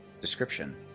Description